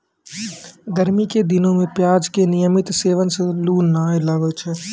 गर्मी के दिनों मॅ प्याज के नियमित सेवन सॅ लू नाय लागै छै